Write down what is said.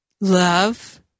love